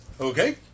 Okay